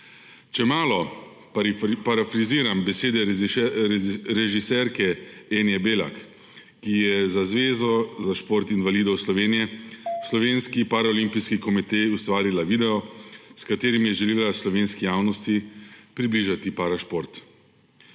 Če malo parafriziram besede režiserke Enye Belak, ki je za Zvezo za šport invalidov Slovenije – Slovenski paraolimpijski komite ustvarila video, s katerim je želela slovenski javnosti približati parašport: